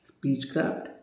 Speechcraft